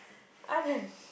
Anand